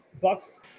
Bucks